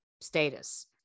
status